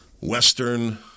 Western